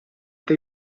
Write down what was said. they